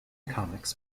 comics